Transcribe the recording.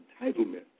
entitlement